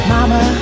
Mama